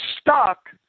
stuck